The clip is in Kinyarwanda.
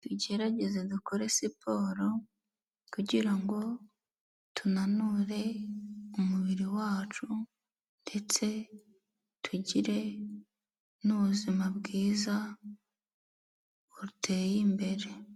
Tugerageze dukore siporo kugira ngo tunanure umubiri wacu ndetse tugire n'ubuzima bwiza buteye imbere.